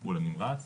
הטיפול הנמרץ,